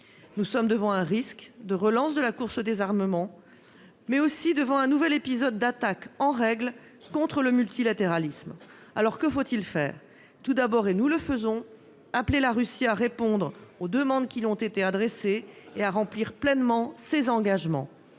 Nous sommes devant un risque de relance de la course aux armements, mais aussi devant un nouvel épisode d'attaque en règle contre le multilatéralisme. Alors, que faut-il faire ? Tout d'abord, et nous le faisons, il faut appeler la Russie à répondre aux demandes qui lui ont été adressées et à remplir pleinement ses engagements.